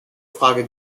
frage